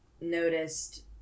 noticed